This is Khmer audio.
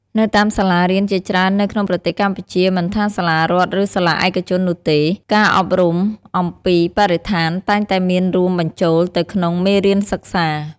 នៅតាមសាលារៀនជាច្រើននៅក្នុងប្រទេសកម្ពុជា មិនថាសាលារដ្ឋ ឬ សាលាឯកជននោះទេ ការអប់រំអំពីបរិស្ថានតែងតែមានរួមបញ្ចូលទៅក្នុងមេរៀនសិក្សា។